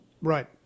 Right